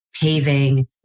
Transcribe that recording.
paving